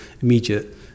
immediate